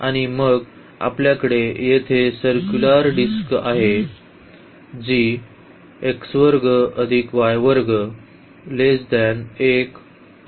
आणि मग आपल्याकडे येथे सर्क्युलर डिस्क आहे जी आहे